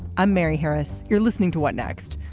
i'm mary harris. you're listening to what next.